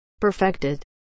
Perfected